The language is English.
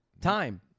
time